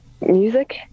music